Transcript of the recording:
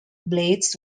blades